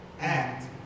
act